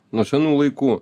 nuo senų laikų